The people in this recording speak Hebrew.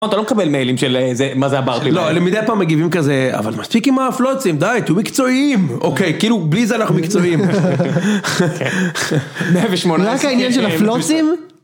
אתה לא מקבל מיילים של איזה, מה זה הברפים האלה. לא, מדי פעם מגיבים כזה אבל מספיק עם הפלוצים די תהיו מקצועיים אוקיי כאילו בלי זה אנחנו מקצועיים. רק העניין של הפלוצים